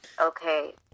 okay